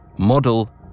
model